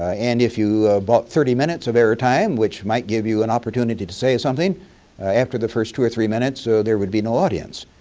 ah and if you bought thirty minutes of air time which might give you an opportunity to say something after the first two or three minutes so there would be no audience.